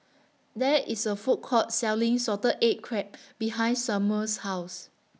There IS A Food Court Selling Salted Egg Crab behind Samual's House